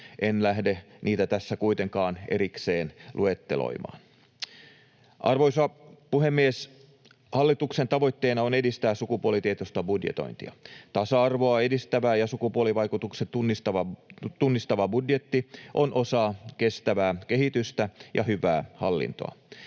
En lähde niitä tässä kuitenkaan erikseen luetteloimaan. Arvoisa puhemies! Hallituksen tavoitteena on edistää sukupuolitietoista budjetointia. Tasa-arvoa edistävä ja sukupuolivaikutukset tunnistava budjetti on osa kestävää kehitystä ja hyvää hallintoa.